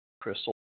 crystal